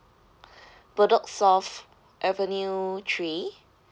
bedok south avenue three